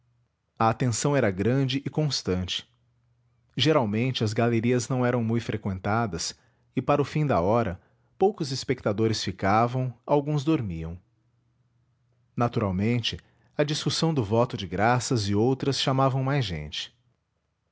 a atenção era grande e constante geralmente as galerias não eram mui freqüentadas e para o fim da hora poucos espectadores ficavam alguns dormiam naturalmente a discussão do voto de graças e outras chamavam mais gente